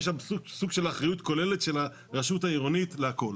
יש סוג של אחריות כוללת של הרשות העירונית לכל.